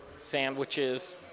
sandwiches